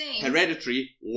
hereditary